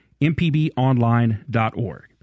mpbonline.org